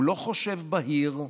הוא לא חושב בהיר.